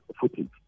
footage